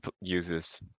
uses